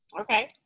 Okay